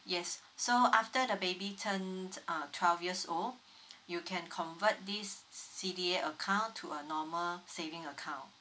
yes so after the baby turn uh twelve years old you can convert this C_D_A account to a normal saving account